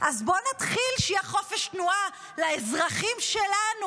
אז בואו נתחיל מזה שיהיה חופש תנועה לאזרחים שלנו.